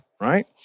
right